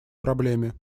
проблеме